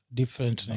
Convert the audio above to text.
different